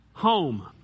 home